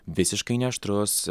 visiškai neaštrus